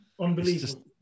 unbelievable